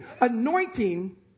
Anointing